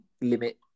limit